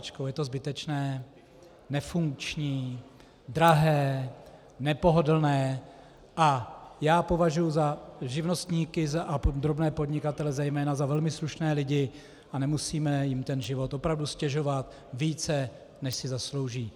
Je to zbytečné, nefunkční, drahé, nepohodlné, a já považuji živnostníky a drobné podnikatele zejména za velmi slušné lidi a nemusíme jim ten život opravdu ztěžovat více, než si zaslouží.